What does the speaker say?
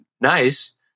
nice